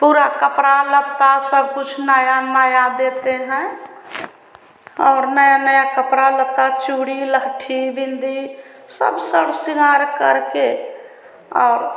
पूरा कपड़ा लत्ता सबकुछ नया नया देते हैं और नया नया कपड़ा लत्ता चूड़ी लहठी बिन्दी सब सब शृँगार करके और